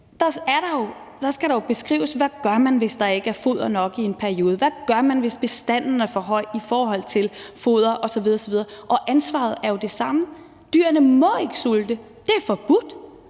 skal beskrives, hvad man gør, hvis der ikke er foder nok i en periode, hvad man gør, hvis bestanden er for høj i forhold til foder osv. osv., og ansvaret er jo det samme. Dyrene må ikke sulte. Det er forbudt,